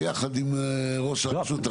ביחד עם ראש הרשות הרלוונטית.